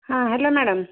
हां hello madam